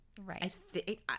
Right